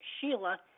Sheila